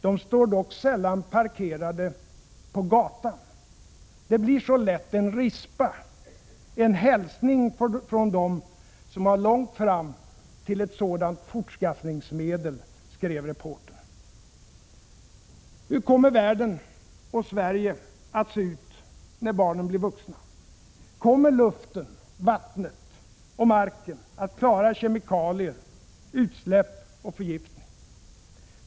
”De står dock sällan parkerade på gatan; det blir så lätt en rispa, en hälsning från dem som har långt fram till ett sådant fortskaffningsmedel”, skrev reportern. Hur kommer världen och Sverige att se ut när barnen blir vuxna? Kommer luften, vattnet och marken att klara kemikalier, utsläpp och förgiftning?